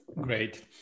Great